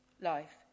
Life